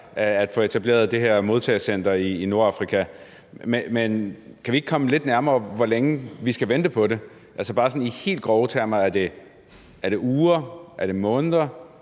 at få etableret det her modtagecenter i Nordafrika. Men kan vi ikke komme lidt nærmere på, hvor længe vi skal vente på det? Bare sådan i helt grove termer: Er det uger? Er det måneder?